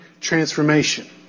transformation